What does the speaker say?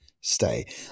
stay